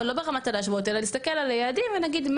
אלא להסתכל על היעדים ונגיד,